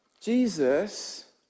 Jesus